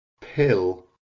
pill